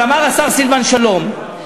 אמר השר סילבן שלום,